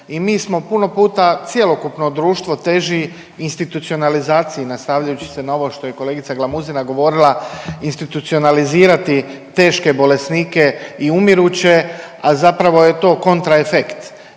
i mi smo puno puta, cjelokupno društvo teži institucionalizaciji, nastavljajući se na ovo što je kolegica Glamuzina govorila, institucionalizirati teške bolesnike i umiruće, a zapravo je to kontraefekt.